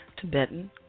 Tibetan